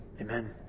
Amen